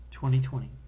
2020